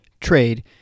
trade